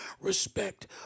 respect